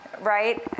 right